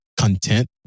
content